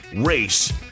race